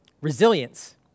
Resilience